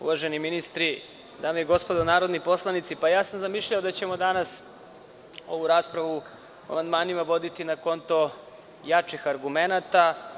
Uvaženi ministri, dame i gospodo, narodni poslanici, zamišljao sam da ćemo danas ovu raspravu o amandmanima voditi na konto jačih argumenata.